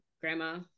grandma